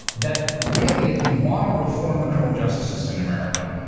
that really if you want to reform the criminal justice system in america,